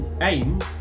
aim